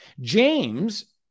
James